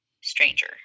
stranger